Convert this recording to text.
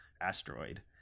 asteroid